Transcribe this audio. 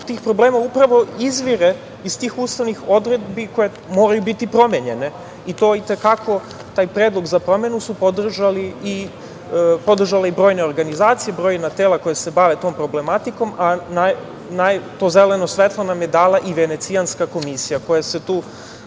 tih problema upravo izvire iz tih ustavnih odredbi koje moraju biti promenjene i to i te kako taj predlog za promenu su podržale i brojne organizacije, brojna tela koja se bave tom problematikom, a to zeleno svetlo nam je dala i Venecijanska komisija koja se tu